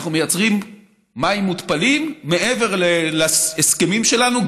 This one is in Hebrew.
אנחנו מייצרים מים מותפלים מעבר להסכמים שלנו,